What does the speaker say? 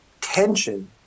tension